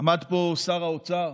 עמד פה שר האוצר,